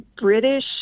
British